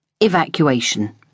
Evacuation